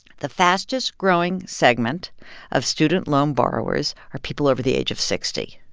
the fastest-growing segment of student loan borrowers are people over the age of sixty